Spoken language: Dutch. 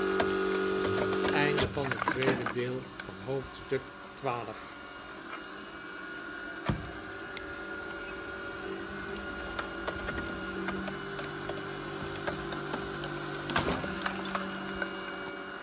van het noorden van het